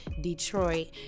Detroit